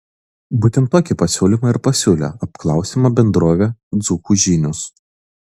būtent tokį pasiūlymą ir pasiūlė apklausiama bendrovė dzūkų žinios